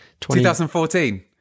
2014